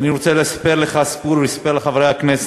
אני רוצה לספר לך סיפור, לספר לחברי הכנסת.